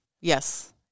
Yes